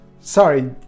Sorry